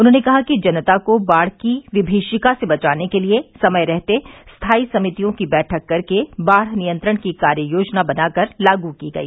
उन्होंने कहा कि जनता को बाढ़ की विमीषिका से बचाने के लिये समय रहते स्थाई समितियों की बैठक कर बाढ़ नियंत्रण की कार्य योजना बनाकर लागू की गई